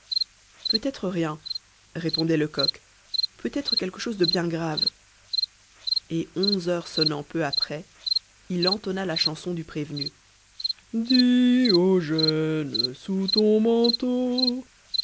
peut-être rien répondait lecoq peut-être quelque chose de bien grave et onze heures sonnant peu après il entonna la chanson du prévenu diogène sous ton manteau